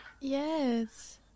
Yes